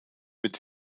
mit